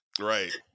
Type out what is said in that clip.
Right